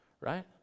Right